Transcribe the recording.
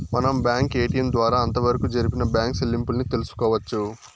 మనం bank ATM ద్వారా అంతవరకు జరిపిన బ్యాంకు సెల్లింపుల్ని తెలుసుకోవచ్చు